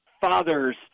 fathers